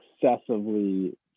excessively